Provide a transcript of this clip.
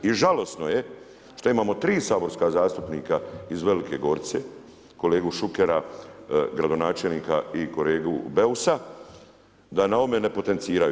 I žalosno je što imamo tri saborska zastupnika iz Velike Gorice kolegu Šukera, gradonačelnika i kolegu Beusa da na ovome ne potenciraju.